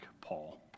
Paul